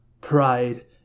pride